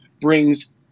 brings